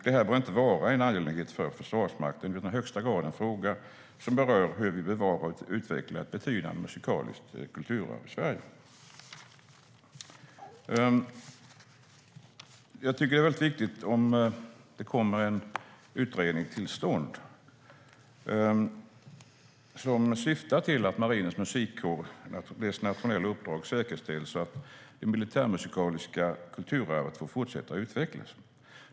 Detta bör inte vara en angelägenhet för Försvarsmakten utan i högsta grad en fråga som berör hur vi bevarar och utvecklar ett betydande musikaliskt kulturarv i Sverige. Det är viktigt att det kommer en utredning till stånd som syftar till att Marinens Musikkårs nationella uppdrag säkerställs så att det militärmusikaliska kulturarvet får fortsätta att utvecklas.